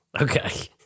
Okay